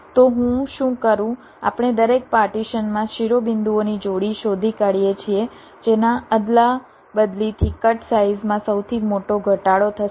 તો હું શું કરું આપણે દરેક પાર્ટીશનમાંથી શિરોબિંદુઓની જોડી શોધી કાઢીએ છીએ જેના અદલાબદલીથી કટ સાઇઝમાં સૌથી મોટો ઘટાડો થશે